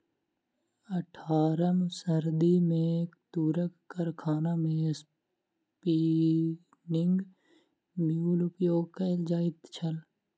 अट्ठारम सदी मे तूरक कारखाना मे स्पिन्निंग म्यूल उपयोग कयल जाइत छल